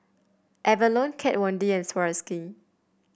Avalon Kat Von D and Swarovski